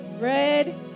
Red